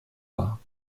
war